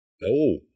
No